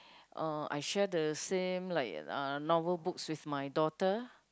uh I share the same like uh novel books with my daughter